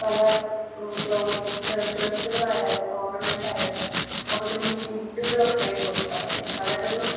പല ക്ലോത്ത് ഡ്രസ്സുകളായാലും ഓർണമെൻസ് ആയാലും അപ്പത്തെ നമ്മൾ ഫുഡുകളൊക്കെ കൊടുക്കാറുണ്ട് അപ്പം അതൊക്കെ ഒരു